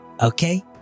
Okay